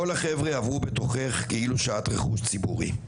כל החבר'ה עברו בתוכך כאילו שאת רכוש ציבורי /